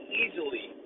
easily